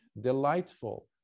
delightful